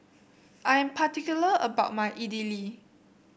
I am particular about my Idili